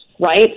Right